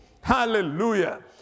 Hallelujah